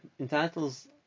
entitles